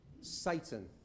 Satan